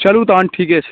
चलू तहन ठीके छै